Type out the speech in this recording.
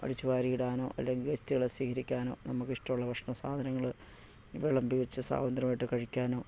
അടി ച്ചു വാരി ഇടാനോ അല്ലേ ഗസ്റ്റുകളെ സ്വീകരിക്കാനോ നമുക്ക് ഇഷ്ടമുള്ള ഭക്ഷണ സാധനങ്ങൾ വിളമ്പി വച്ചു സ്വാതന്ത്ര്യമായിട്ട് കഴിക്കാനോ